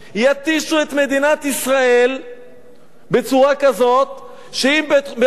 יתישו את מדינת ישראל בצורה כזאת שאם בעוד